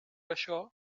això